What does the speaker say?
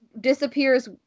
disappears